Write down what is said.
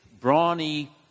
brawny